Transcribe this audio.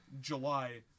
July